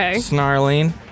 snarling